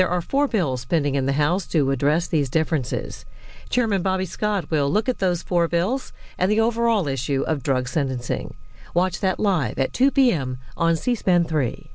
there are four bills pending in the house to address these differences chairman bobby scott will look at those four bills at the overall issue of drug sentencing watch that live at two p m on c span three